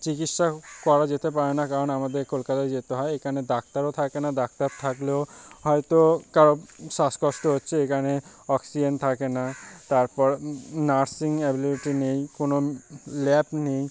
চিকিৎসা করা যেতে পারে না কারণ আমাদের কলকাতায় যেতে হয় এখানে ডাক্তারও থাকে না ডাক্তার থাকলেও হয়তো কারও শ্বাসকষ্ট হচ্ছে এখানে অক্সিজেন থাকে না তারপর নার্সিং অ্যাভেলেবিলিটি নেই কোনো ল্যাব নেই